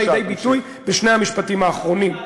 לידי ביטוי בשני המשפטים האחרונים.